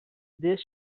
this